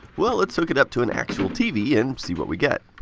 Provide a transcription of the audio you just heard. well, let's hook it up to an actual tv and see what we get.